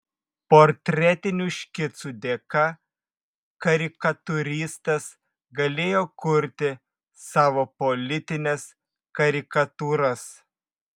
portretinių škicų dėka karikatūristas galėjo kurti savo politines karikatūras